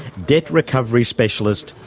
debt-recovery specialist,